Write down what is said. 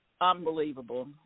unbelievable